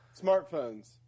Smartphones